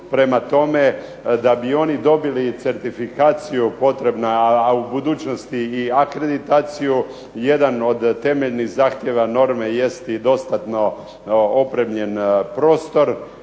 Prema tome, da bi oni dobili certifikaciju potrebna a u budućnosti i akreditaciju jedan od temeljnih zahtjeva norme jest i dostatno opremljen prostor,